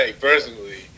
personally